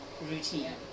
routine